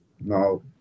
no